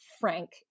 frank